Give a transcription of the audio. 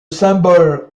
symbole